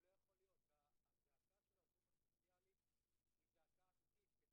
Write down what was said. הזעקה של העובדים הסוציאליים היא זעקה אמתית.